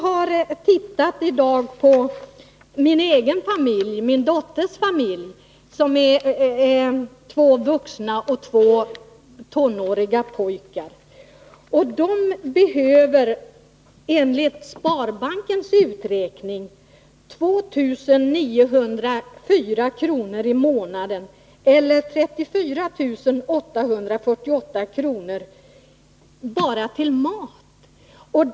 Min dotters familj består av två vuxna och två tonåriga pojkar. Den familjen behöver enligt sparbankens uträkning 2 904 kr. i månaden eller 34 848 kr. om året bara till mat.